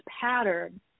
pattern